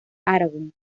aragón